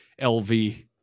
LV